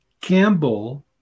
Campbell